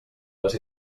les